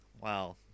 Wow